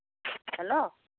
hello